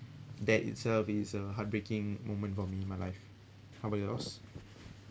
that itself is a heartbreaking moment for me in my life how about yours